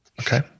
Okay